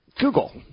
Google